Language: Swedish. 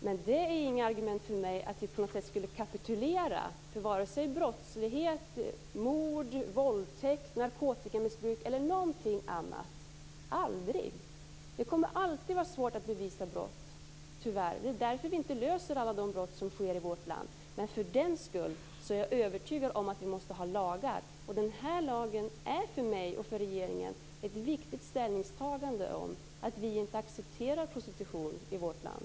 Men det är inget argument för mig att kapitulera för vare sig mord, våldtäkt, narkotikamissbruk eller något annat. Aldrig! Det kommer tyvärr alltid att vara svårt att bevisa brott. Det är därför vi inte löser alla de brott som sker i vårt land. Men för den sakens skull är jag övertygad om att vi måste ha lagar. Denna lag är för mig och för regeringen ett viktigt ställningstagande när det gäller att inte acceptera prostitution i vårt land.